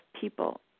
people